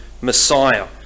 Messiah